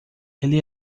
ele